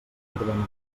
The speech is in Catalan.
trobem